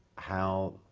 how,